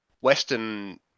Western